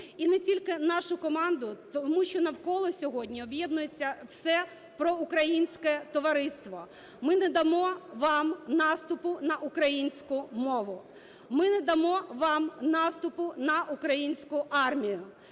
І не тільки нашу команду, тому що навколо сьогодні об'єднується все проукраїнське товариство. Ми не дамо вам наступу на українську мову. Ми не дамо вам наступу на українську армію.